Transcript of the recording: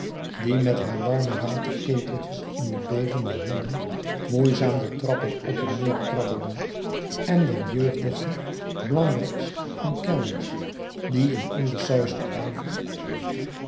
die met hare warme waterketeltjes in de bevende handen moeizaam de trappen op en neêr krabbelden en der jeugdige blanc blecs van kellners die in onbesuisden ijver